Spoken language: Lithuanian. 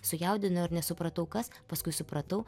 sujaudino ir nesupratau kas paskui supratau